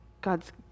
God's